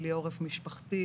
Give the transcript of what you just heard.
בלי עורף משפחתי,